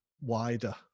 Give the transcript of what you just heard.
wider